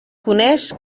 coneix